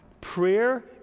Prayer